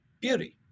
beauty